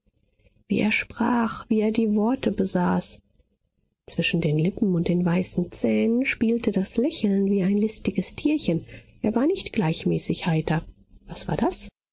er sprach wie er die worte besaß zwischen den lippen und den weißen zähnen spielte das lächeln wie ein listiges tierchen er war nicht gleichmäßig heiter was war das